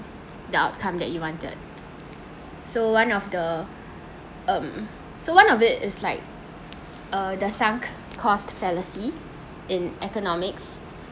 the outcome that you wanted so one of the um so one of it is like uh the sum called fallacy in economics